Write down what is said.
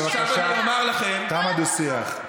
בבקשה, תם הדו-שיח.